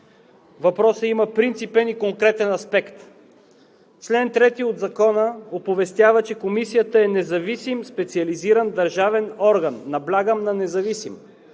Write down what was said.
Въпросът има принципен и конкретен аспект. Член 3 от Закона оповестява, че Комисията е независим, специализиран държавен орган – наблягам на независим.